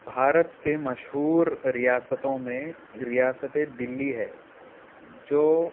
بھارت کے مشہور ریاستوں میں ریاستِ دلّی ہے جو